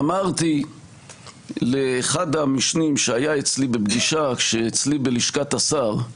אמרתי לאחד המשנים שהיה אצלי בפגישה בלשכת השר,